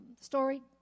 story